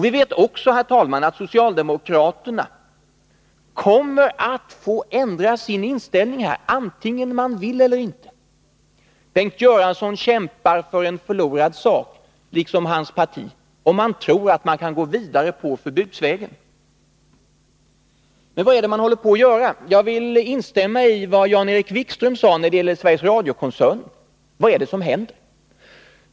Vi vet också, herr talman, att socialdemokraterna kommer att få ändra inställning, oavsett om de vill det eller inte. Bengt Göransson och hans parti kämpar för en förlorad sak. Vad är det man håller på att göra? Jag vill instämma i vad Jan-Erik Wikström sade när det gäller Sveriges Radio-koncernen: Vad är det som händer?